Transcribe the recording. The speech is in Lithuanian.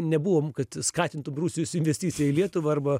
nebuvom kad skatintum rusijos investiciją į lietuvą arba